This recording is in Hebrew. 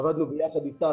עבדנו יחד איתך,